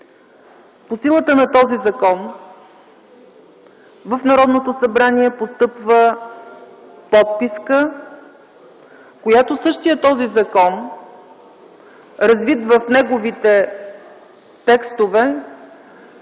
По силата на този закон в Народното събрание постъпва подписка, за която същият този закон, развит в неговите текстове,